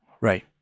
right